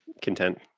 content